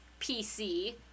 PC